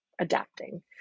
adapting